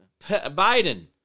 Biden